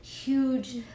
Huge